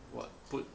what put